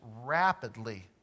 rapidly